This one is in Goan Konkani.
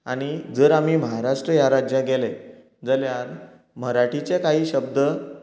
आनी जर आमी महाराष्ट्र ह्या राज्यांत गेले जाल्यार मराठीचे काही शब्द